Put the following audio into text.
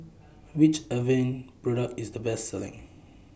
Which Avene Product IS The Best Selling